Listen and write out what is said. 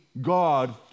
God